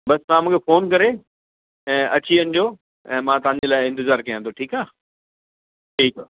बस तव्हां मूंखे फ़ोन करे ऐं अची वञिजो ऐं मां तव्हांजे लाइ इंतज़ारु कयां थो ठीकु आहे ठीकु आहे